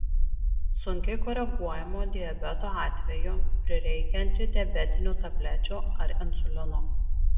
sunkiai koreguojamo diabeto atveju prireikia antidiabetinių tablečių ar insulino